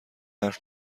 حرف